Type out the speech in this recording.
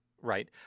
right